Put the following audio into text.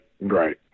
Right